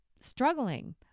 struggling